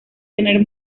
tener